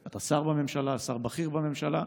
אתה שר בממשלה, שר בכיר בממשלה.